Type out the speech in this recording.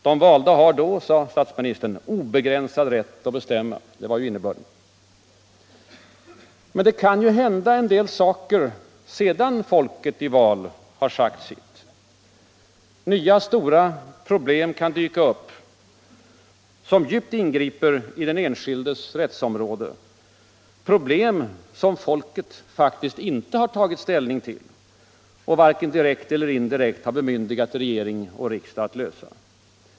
De valda har då, sade statsministern, obegränsad rätt att bestämma — detta var innebörden. Men det kan ju hända en del saker sedan folket i val har sagt sitt. Nya stora problem kan dyka upp som djupt ingriper i den enskildes rättsområde, problem som folket faktiskt inte har tagit ställning till och varken direkt eller indirekt bemyndigat regering och riksdag att lösa.